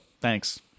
Thanks